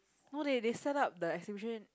no they they set up the exhibition